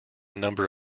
number